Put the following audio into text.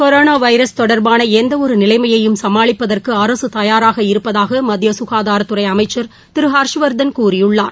corona virus தொடர்பான எந்த ஒரு நிலைமையையும் சமாளிப்பதற்கு அரசு தயாராக இருப்பதாக மத்திய சுகாதாரத்துறை அமைச்சள் திரு ஹர்ஷவர்தன் கூறியுள்ளார்